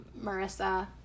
Marissa